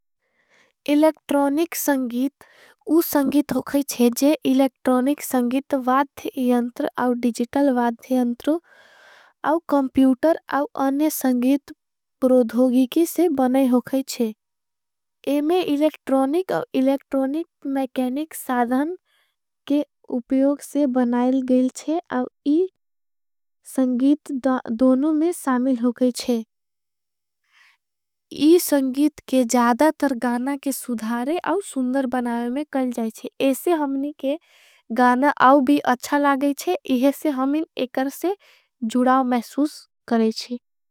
इलेक्ट्रोनिक संगीत उस संगीत होगाई चे जे इलेक्ट्रोनिकसं। गीत वाधयंत्र और डिजिटल वाधयंत्र और कम्प्यूटर और। अन्य संगीत प्रोधोगीकी से बनाई होगाई चे इमें इलेक्ट्रोनिक। और इलेक्ट्रोनिक मेकेनिक साधन के उप्योग से बनाईल। गेल चे और इस संगीत दोनों में सामिल होगाई चे इस। संगीत के ज़्यादा तर गाना के सुधारे आओ सुन्दर बनायों। में कल जाएचे इसे हमनी के गाना आओ भी अच्छा। लागेचे इहसे हमनी एकर से जुड़ाओ महसूस करेचे।